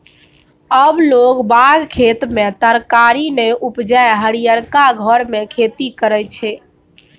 आब लोग बाग खेत मे तरकारी नै उपजा हरियरका घर मे खेती करय छै